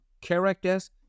characters